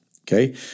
Okay